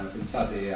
Pensate